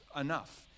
enough